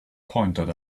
pointed